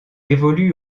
évolue